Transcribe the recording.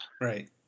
Right